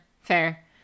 fair